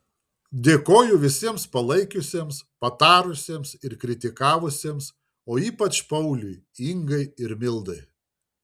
dėkoju visiems palaikiusiems patarusiems ir kritikavusiems o ypač pauliui ingai ir mildai